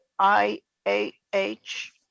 IAH